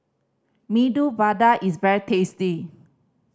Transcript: Medu Vada is very tasty